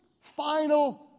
final